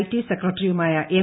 T സെക്രട്ടറിയുമായ M